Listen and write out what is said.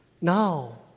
Now